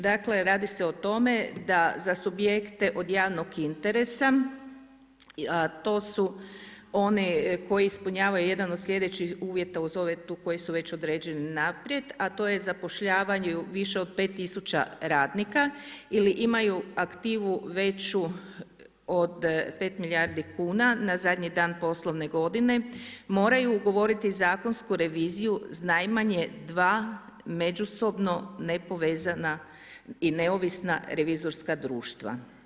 Dakle radi se o tome da za subjekte od javnog interesa a to su oni koji ispunjavaju jedan od sljedećih uvjeta uz ove tu koji su već određeni naprijed a to je zapošljavanje više od 5 tisuća radnika ili imaju aktivu veću od 5 milijardi kuna na zadnji dan poslovne godine, moraju ugovoriti zakonsku reviziju s najmanje 2 međusobno nepovezana i neovisna revizorska društva.